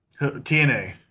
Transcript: TNA